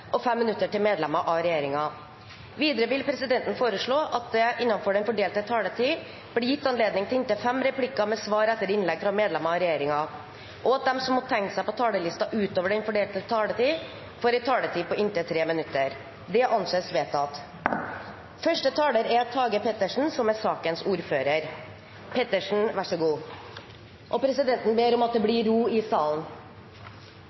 og 5 minutter til medlemmer av regjeringen. Videre vil presidenten foreslå at det – innenfor den fordelte taletid – blir gitt anledning til inntil fem replikker med svar etter innlegg fra medlemmer av regjeringen, og at de som måtte tegne seg på talerlisten utover den fordelte taletid, får en taletid på inntil 3 minutter. – Det anses vedtatt. Kulturdepartementet foreslår i proposisjonen en midlertidig endring i lov av 28. august 1992 nr. 103 om pengespill mv., som